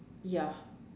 ya